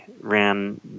ran